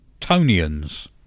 Tonians